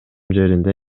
жеринде